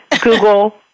Google